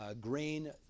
grain